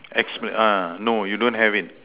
asthma ah no you don't have it